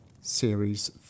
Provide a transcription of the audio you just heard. Series